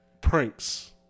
pranks